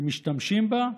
ומשתמשים בה,